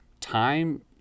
time